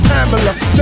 Pamela